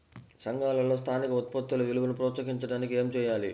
సంఘాలలో స్థానిక ఉత్పత్తుల విలువను ప్రోత్సహించడానికి ఏమి చేయాలి?